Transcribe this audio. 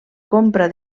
compra